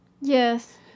yes